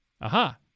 Aha